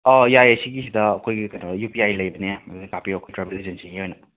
ꯌꯥꯏꯌꯦ ꯁꯤꯒꯤꯁꯤꯗ ꯑꯈꯣꯏꯒꯤ ꯀꯩꯅꯣ ꯌꯨ ꯄꯤ ꯑꯥꯏ ꯂꯩꯕꯅꯦ ꯑꯗꯨꯗ ꯀꯥꯞꯄꯤꯔꯛꯑꯣ ꯇ꯭ꯔꯥꯕꯦꯜ ꯑꯦꯖꯦꯟꯁꯤꯒꯤ ꯑꯣꯏꯅ